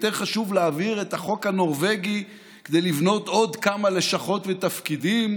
יותר חשוב להעביר את החוק הנורבגי כדי לבנות עוד כמה לשכות ותפקידים.